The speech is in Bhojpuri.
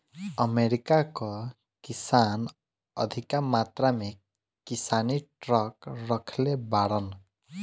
अमेरिका कअ किसान अधिका मात्रा में किसानी ट्रक रखले बाड़न